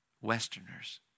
Westerners